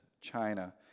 China